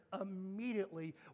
immediately